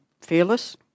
fearless